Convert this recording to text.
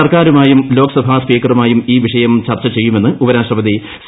സർക്കാരുമായും ലോക്സഭാ സ്പീക്കറുമായും ഈ വിഷയം ചർച്ച ചെയ്യുമെന്ന് ഉപരാഷ്ട്രപതി സി